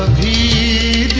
the